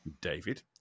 david